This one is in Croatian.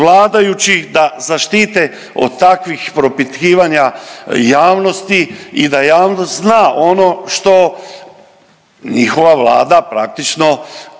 vladajućih da zaštite od takvih propitkivanja javnosti i i da javnost zna ono što njihova Vlada praktično